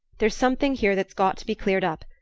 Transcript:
there's something here that's got to be cleared up,